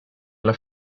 alla